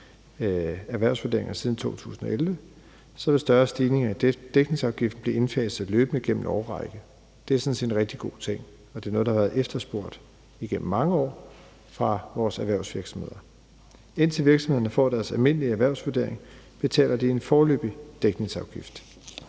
erhvervsvurderinger siden 2011, så vil større stigninger i dækningsafgiften blive indfaset løbende gennem en årrække. Det er sådan set en rigtig god ting, og det er noget, der har været efterspurgt igennem mange år af vores erhvervsvirksomheder. Indtil virksomhederne får deres almindelige erhvervsvurdering, betaler de en foreløbig dækningsafgift,